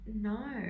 No